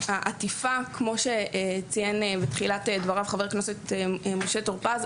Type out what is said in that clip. העטיפה כמו שציין בתחילת דברים חבר הכנסת טור פז,